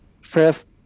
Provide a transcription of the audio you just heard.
first